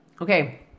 Okay